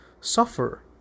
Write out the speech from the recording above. suffer